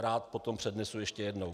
Rád potom přednesu ještě jednou.